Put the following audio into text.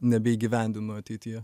nebeįgyvendinu ateityje